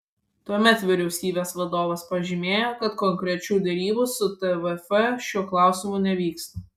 tuomet vyriausybės vadovas pažymėjo kad konkrečių derybų su tvf šiuo klausimu nevyksta